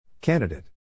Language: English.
Candidate